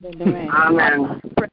Amen